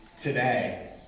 today